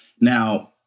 Now